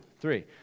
three